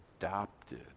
adopted